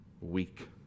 weak